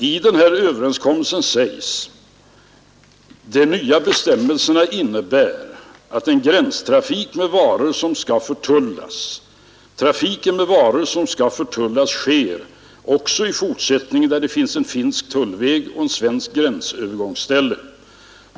I de nya bestämmelserna beträffande gränstrafik med varor som skall förtullas sägs: ”Trafiken med varor som skall förtullas sker också i fortsättningen där det finns en finsk tullväg och svenskt gränsövergångsställe.